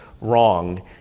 wrong